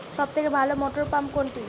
সবথেকে ভালো মটরপাম্প কোনটি?